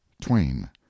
twain